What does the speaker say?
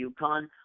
UConn